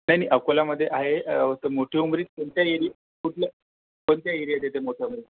नाही नाही अकोल्यामध्ये आहे मोठी उंबरी कोणत्या एरी कुठल्या कोणत्या एरियात येते मोठा उंबरी